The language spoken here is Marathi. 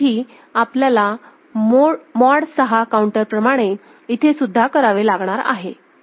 त्यासाठी आपल्याला मॉड 6 काऊंटर प्रमाणे इथे सुद्धा करावे लागणार आहे